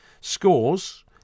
Scores